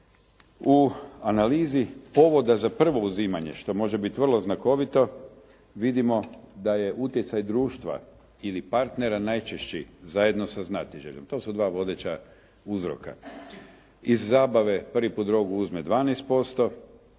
U analizi povoda za prvo uzimanje što može biti vrlo znakovito, vidimo da je utjecaj društva ili partnera najčešći zajedno sa znatiželjom. To su dva vodeća uzroka. Iz zabave prvi puta uzme 12%,